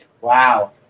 Wow